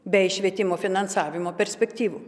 bei švietimo finansavimo perspektyvų